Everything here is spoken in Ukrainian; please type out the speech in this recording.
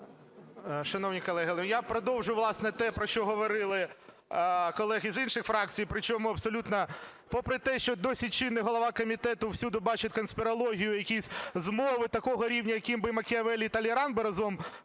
Шановні колеги, я продовжу, власне, те, про що говорили колеги з інших фракцій, причому абсолютно… Попри те, що досі чинний голова комітету всюди бачить конспірологію, якісь змови такого рівня, яким би Макіавеллі і Талейран би разом